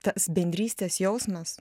tas bendrystės jausmas